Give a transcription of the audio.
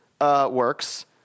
works